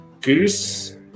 Goose